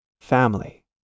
family